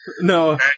no